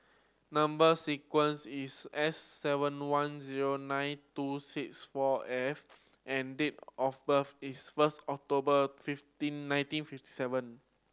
number sequence is S seven one zero nine two six four F and date of birth is first October fifty nineteen fifty seven